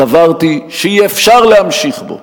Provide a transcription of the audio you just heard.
סברתי שאי-אפשר להמשיך בו,